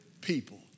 people